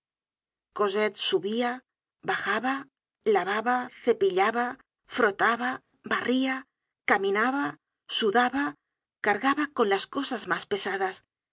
cosette subia bajaba lavaba cepillaba frotaba harria caminaba sudaba cargaba con las cosas mas pesadas